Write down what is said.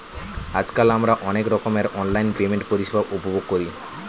আজকাল আমরা অনেক রকমের অনলাইন পেমেন্ট পরিষেবা উপভোগ করি